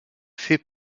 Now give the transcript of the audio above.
fait